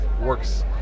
works